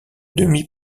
demi